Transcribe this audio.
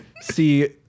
see